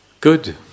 Good